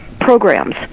programs